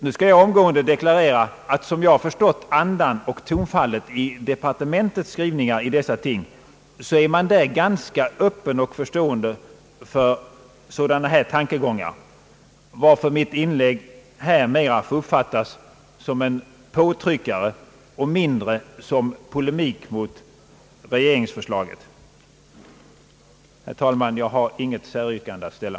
Nu skall jag omgående deklarera att som jag förstått andan och tonfallet i departementets skrivningar i dessa ting så är man där ganska öppen och förstående för sådana tankegångar, varför mitt inlägg här mera får uppfattas som en påtryckare och mindre som en polemik mot regeringsförslaget. Herr talman! Jag har inget säryrkande att ställa.